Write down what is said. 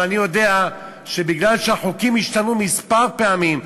אבל אני יודע שמכיוון שהחוקים השתנו כמה פעמים,